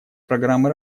программы